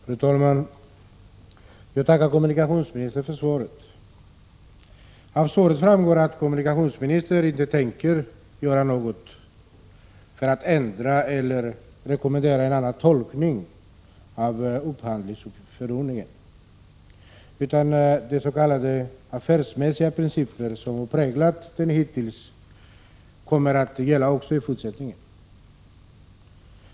Fru talman! Jag tackar kommunikationsministern för svaret. Av svaret framgår att kommunikationsministern inte tänker göra något för att ändra eller rekommendera en annan tolkning av upphandlingsförordningen, utan de s.k. affärsmässiga principer som har präglat förordningen hittills kommer att gälla också i fortsättningen.